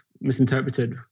misinterpreted